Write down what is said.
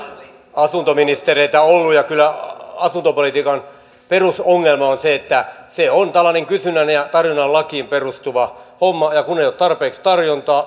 asuntoministereitä ollut kyllä asuntopolitiikan perusongelma on se että se on tällainen kysynnän ja tarjonnan lakiin perustuva homma ja kun ei ole tarpeeksi